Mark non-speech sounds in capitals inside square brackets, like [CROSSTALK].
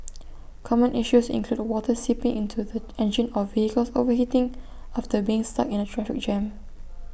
[NOISE] common issues include water seeping into the engine or vehicles overheating after being stuck in A traffic jam